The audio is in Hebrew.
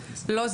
לא,